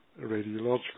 radiological